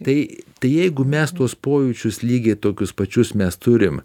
tai jeigu mes tuos pojūčius lygiai tokius pačius mes turim